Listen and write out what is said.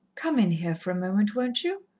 come in here for a moment, won't you?